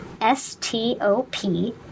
S-T-O-P